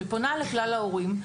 שפונה לכלל ההורים.